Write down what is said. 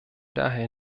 daher